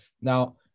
now